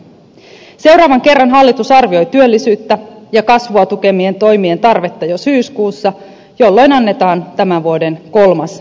seuraavan kerran hallitus arvioi työllisyyttä ja kasvua tukevien toimien tarvetta jo syyskuussa jolloin annetaan tämän vuoden kolmas lisäbudjettiesitys